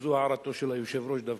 וזו הערתו של היושב-ראש דווקא,